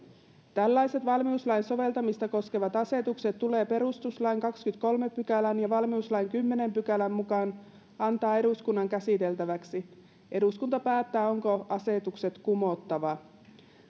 tällaiset valmiuslain soveltamista koskevat asetukset tulee perustuslain kahdennenkymmenennenkolmannen pykälän ja valmiuslain kymmenennen pykälän mukaan antaa eduskunnan käsiteltäväksi eduskunta päättää onko asetukset kumottava